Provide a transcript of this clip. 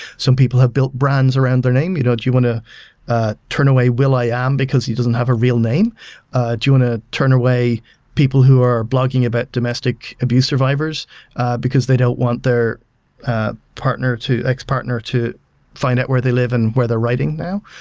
some people have built brands around their name. you know do you want to turn away will i-am um because he doesn't have a real name. do you want to turn away people who are blogging about domestic abuse survivors because they don't want their partner, x partner to find out where they live and where they're writing now?